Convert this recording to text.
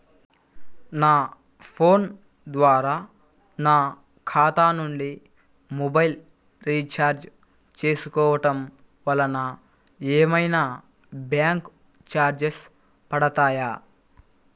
నా ఫోన్ ద్వారా నా ఖాతా నుండి మొబైల్ రీఛార్జ్ చేసుకోవటం వలన ఏమైనా బ్యాంకు చార్జెస్ పడతాయా?